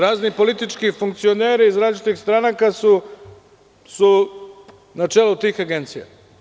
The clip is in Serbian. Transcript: Razni politički funkcioneri iz različitih stranaka su na čelu tih agencija.